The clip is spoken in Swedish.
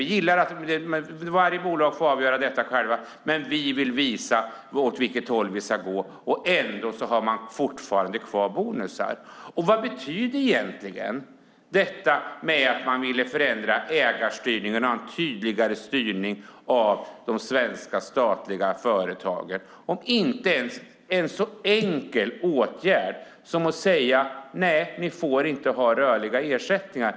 Varje bolag får avgöra detta själva, men vi vill visa åt vilket håll vi ska gå - och ändå har man fortfarande kvar bonusar. Vad betydde det att man ville förändra ägarstyrningen och ha en tydligare styrning av de svenska statliga företagen när man inte ens fick igenom en sådan enkel åtgärd som nej till rörliga ersättningar?